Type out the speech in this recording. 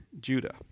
Judah